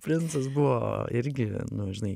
princas buvo irgi nu žinai